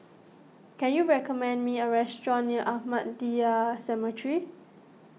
can you recommend me a restaurant near Ahmadiyya Cemetery